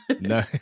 No